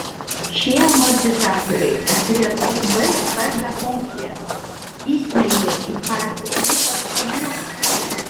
šie amortizatoriai atlieka labai svarbią funkciją įsmeigia į karpio lūpas kabliuką